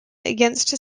against